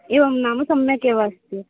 एवं नाम सम्यगेव अस्ति